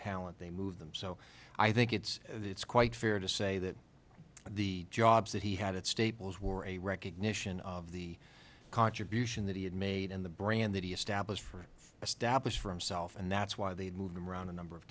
talent they moved them so i think it's it's quite fair to say that the jobs that he had at staples were a recognition of the contribution that he had made in the brand that he established for established for himself and that's why they've moved them around a number of